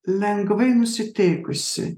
lengvai nusiteikusį